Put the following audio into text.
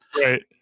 Right